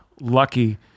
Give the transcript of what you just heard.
lucky